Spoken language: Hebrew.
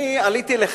אני עליתי לכאן